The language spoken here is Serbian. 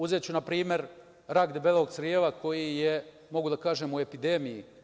Uzeću na primer rak debelog creva koji je, mogu da kažem, u epidemiji.